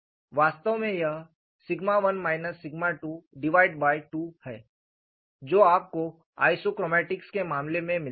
वास्तव में यह 1 22 है जो आपको आइसोक्रोमैटिक्स के मामले में मिलता है